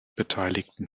beteiligten